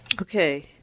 Okay